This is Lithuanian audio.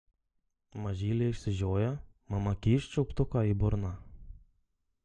mažylė išsižioja mama kyšt čiulptuką į burną